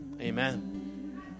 Amen